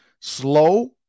slow